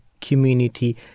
community